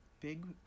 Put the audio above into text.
Big